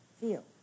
feel